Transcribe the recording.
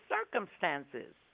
circumstances